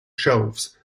shelves